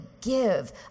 give